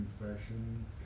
confession